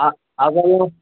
ஆ அதெல்லாம்